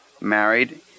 Married